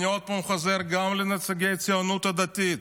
אני עוד פעם חוזר, גם לנציגי הציונות הדתית: